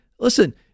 Listen